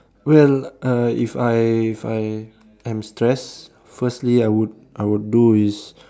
well (uh)if I if I am stressed firstly I would I would do is